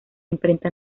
imprenta